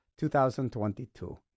2022